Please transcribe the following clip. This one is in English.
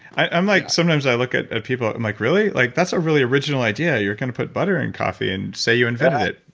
i'm like, sometimes i look at at people. i'm like really like that's a really original idea. you're going to put butter in coffee and say you invented it.